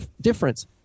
difference